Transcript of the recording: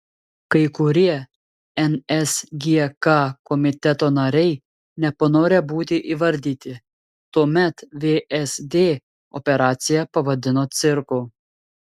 kai kurie nsgk komiteto nariai nepanorę būti įvardyti tuomet vsd operaciją pavadino cirku